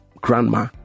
grandma